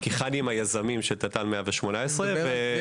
כי חנ"י הם היזמים של תת"ל 118. אתה מדבר על זה,